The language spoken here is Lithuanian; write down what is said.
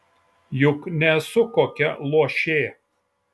juk nesu kokia luošė